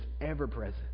ever-present